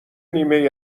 نیمه